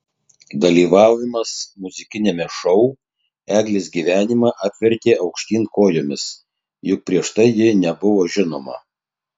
dalyvavimas muzikiniame šou eglės gyvenimą apvertė aukštyn kojomis juk prieš tai ji nebuvo žinoma